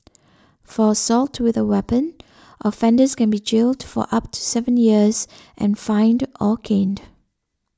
for assault with a weapon offenders can be jailed for up to seven years and fined or caned